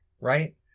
right